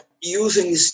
using